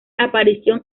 aparición